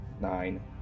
nine